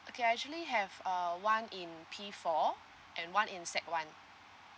okay I actually have uh one in P four and one in sec one